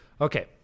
Okay